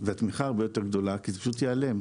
והתמיכה הרבה יותר גדולה, כי זה פשוט ייעלם.